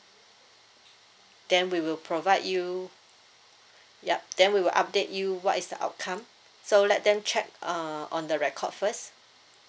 then we will provide you yup then we will update you what is the outcome so let them check uh on the record first